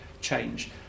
change